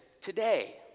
today